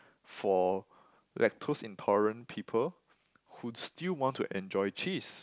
for lactose intolerant people who still want to enjoy cheese